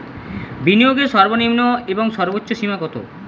বিনিয়োগের সর্বনিম্ন এবং সর্বোচ্চ সীমা কত?